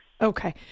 Okay